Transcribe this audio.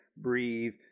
breathe